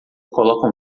colocam